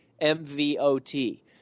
M-V-O-T